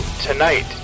tonight